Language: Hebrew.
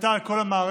נכפתה על כל המערכת,